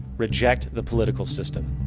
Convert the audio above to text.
reject the political system.